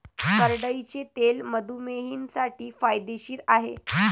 करडईचे तेल मधुमेहींसाठी फायदेशीर आहे